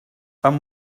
amb